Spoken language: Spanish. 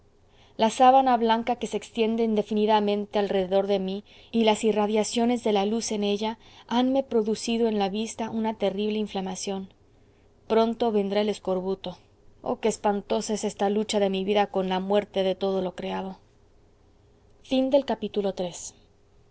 la sábana blanca que se extiende indefinidamente alrededor de mí y las irradiaciones de la luz en ella hanme producido en la vista una terrible inflamación pronto vendrá el escorbuto oh qué espantosa es esta lucha de mi vida con la muerte de todo lo creado iv